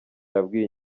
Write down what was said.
yabwiye